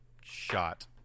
shot